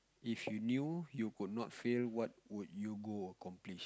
if you knew you could not fail what would you go accomplish